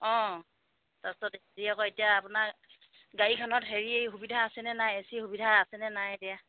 অঁ তাৰপছত আকৌ এতিয়া আপোনাৰ গাড়ীখনত হেৰি এই সুবিধা আছেনে নাই এ চি সুবিধা আছেনে নাই এতিয়া